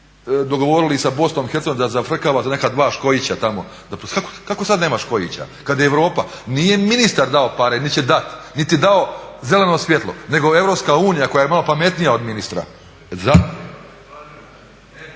dogovorili sa BiH da zafrkava za neka dva škojića tamo. Kako sad nema škojića kad Europa, nije ministar dao pare nit će dat, nit je dao zeleno svjetlo nego Europska unija koja je malo pametnija od minitra.